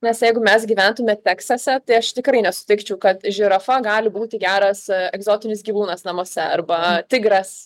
nes jeigu mes gyventume teksase tai aš tikrai nesutikčiau kad žirafa gali būti geras egzotinis gyvūnas namuose arba tigras